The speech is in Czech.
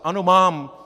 Ano, mám.